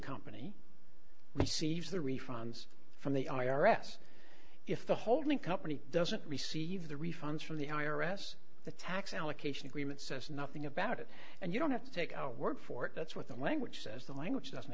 company receives the refunds from the i r s if the holding company doesn't receive the refunds from the i r s the tax allocation agreement says nothing about it and you don't have to take our word for it that's what the language says the language doesn't